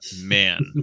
man